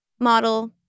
model